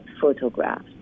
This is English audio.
photographs